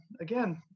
again